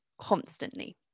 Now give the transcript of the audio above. constantly